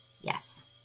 Yes